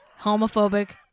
homophobic